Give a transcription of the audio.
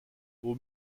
aux